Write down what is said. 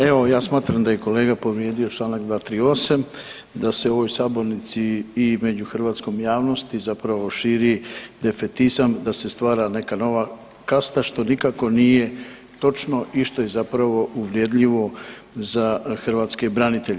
Evo, ja smatram da je kolega povrijedio čl. 238 da se u ovoj sabornici i među hrvatskom javnosti zapravo širi defetizam, da se stvara neka nova kasta što nikako nije točno i što je zapravo uvredljivo za hrvatske branitelje.